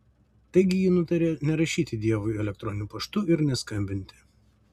taigi ji nutarė nerašyti deivui elektroniniu paštu ir neskambinti